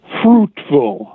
fruitful